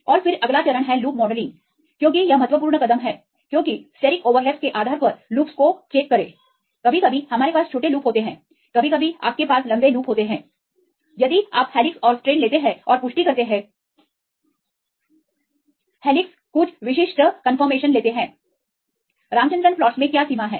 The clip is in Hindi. और फिर अगला चरण है लूप मॉडलिंग क्योंकि यह महत्वपूर्ण कदम है क्योंकि स्टेरिक ओवरलैप्स के आधार पर लूपस को चेक करें कभी कभी हमारे पास छोटे लूप होते हैं कभी कभी आपके पास लंबे लूप होते हैं यदि आप हेलिक्स और स्ट्रैंड लेते हैं और पुष्टि करते हैं प्रतिबंधित हैं हेलिक्स कुछ विशिष्ट पुष्टि अधिकार लेते हैं रामचंद्रन प्लॉट्स में क्या सीमा है